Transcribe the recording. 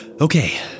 Okay